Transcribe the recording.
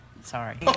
sorry